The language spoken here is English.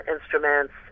instruments